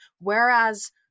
Whereas